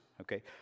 Okay